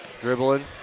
dribbling